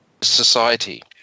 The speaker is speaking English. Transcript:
society